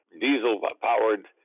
diesel-powered